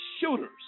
shooters